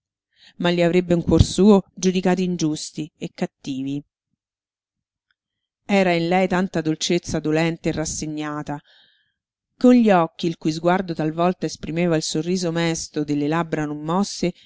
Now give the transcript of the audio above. ma li avrebbe in cuor suo giudicati ingiusti e cattivi era in lei tanta dolcezza dolente e rassegnata con gli occhi il cui sguardo talvolta esprimeva il sorriso mesto delle labbra non mosse